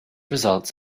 results